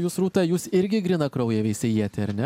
jūs rūta jūs irgi grynakraujė veisiejietė ar ne